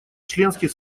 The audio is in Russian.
членский